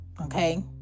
okay